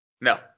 No